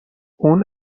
اون